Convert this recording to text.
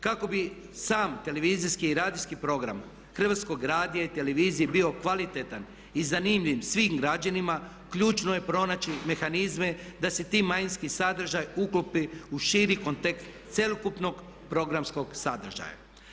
Kako bi sam televizijski i radijski program Hrvatskog radija i televizije bio kvalitetan i zanimljiv svim građanima ključno je pronaći mehanizme da se taj manjinski sadržaj uklopi u širi kontekst cjelokupnog programskog sadržaja.